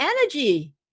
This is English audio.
energy